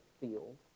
field